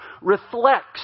reflects